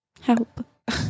Help